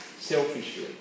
selfishly